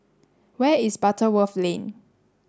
where is Butterworth Lane